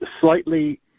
slightly